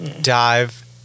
dive